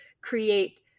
create